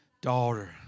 daughter